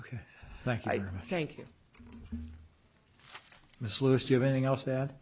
i thank you miss lucy of anything else that